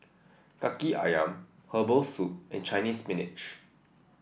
Kaki ayam Herbal Soup and Chinese Spinach